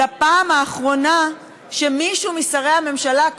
הפעם האחרונה שמישהו משרי הממשלה,